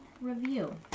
review